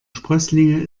sprösslinge